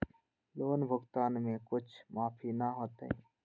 Loan भुगतान में कुछ माफी न होतई?